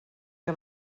que